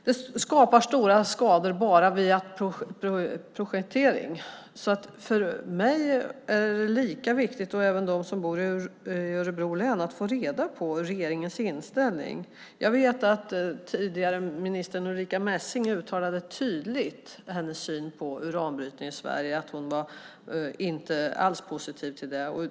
Det skapar stora skador bara vid projektering. För mig och även för dem som bor i Örebro län är det lika viktigt att få reda på regeringens inställning. Jag vet att tidigare ministern Ulrica Messing tydligt uttalade sin syn på uranbrytning i Sverige. Hon var inte alls positiv till det.